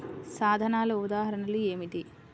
సాధనాల ఉదాహరణలు ఏమిటీ?